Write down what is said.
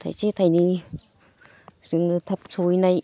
थायसे थायनै जोंनो थाब सौहैनाय